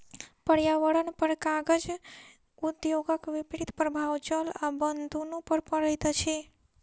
पर्यावरणपर कागज उद्योगक विपरीत प्रभाव जल आ बन दुनू पर पड़ैत अछि